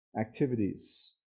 activities